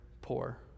poor